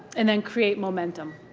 and then, create momentum.